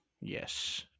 Yes